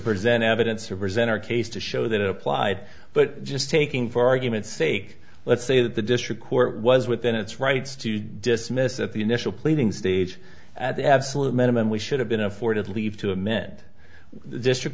present evidence or present our case to show that it applied but just taking for argument's sake let's say that the district court was within its rights to dismiss at the initial pleading stage at the absolute minimum we should have been afforded leave to amend district